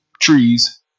trees